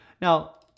Now